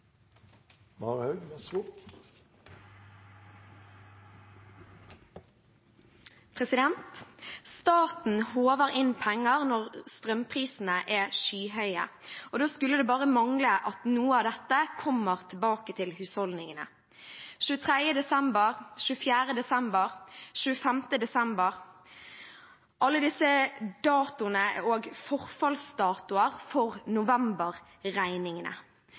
Staten håver inn penger når strømprisene er skyhøye. Da skulle det bare mangle at noe av dette kommer tilbake til husholdningene. Den 23. desember, 24. desember, 25. desember – alle disse datoene er også forfallsdatoer for